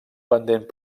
pendent